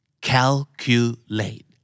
Calculate